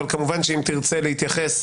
אבל כמובן שאם תרצה להתייחס,